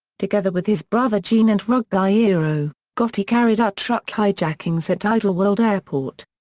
together with his brother gene and ruggiero, gotti carried out truck hijackings at idlewild airport.